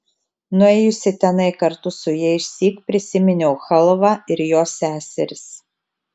nuėjusi tenai kartu su ja išsyk prisiminiau chalvą ir jos seseris